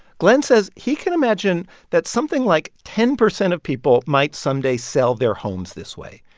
glenn says he can imagine that something like ten percent of people might someday sell their homes this way.